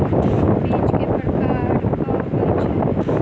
बीज केँ प्रकार कऽ होइ छै?